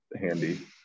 handy